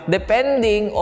Depending